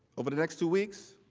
over the next two weeks,